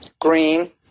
green